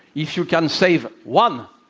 if you can save one,